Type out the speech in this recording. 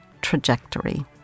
trajectory